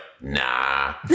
nah